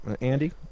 Andy